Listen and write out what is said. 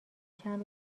چند